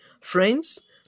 Friends